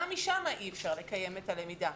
גם משם אי אפשר לקיים את הלמידה.